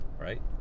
right